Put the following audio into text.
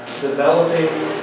developing